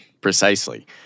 Precisely